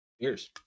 Cheers